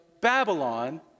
Babylon